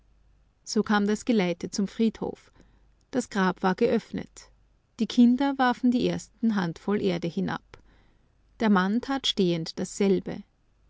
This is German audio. so kam das geleite zum friedhof das grab war geöffnet die kinder warfen die ersten handvoll erde hinab der mann tat stehend dasselbe